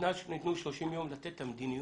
ניתנו 30 יום לתת את המדיניות.